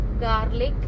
garlic